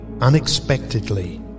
unexpectedly